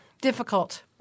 difficult –